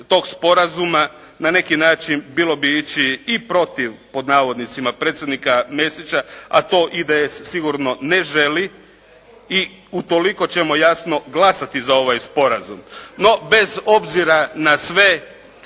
tog sporazuma na neki način bilo bi ići i protiv, pod navodnicima predsjednika Mesića, a to IDS sigurno ne želi i utoliko ćemo jasno glasati za ovaj sporazum. No bez obzira na sve